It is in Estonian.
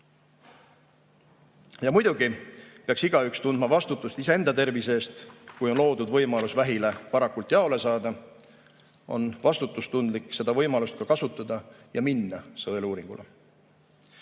Ja muidugi peaks igaüks tundma vastutust iseenda tervise eest – kui on loodud võimalus vähile varakult jaole saada, on vastutustundlik seda võimalust ka kasutada ja minna sõeluuringule.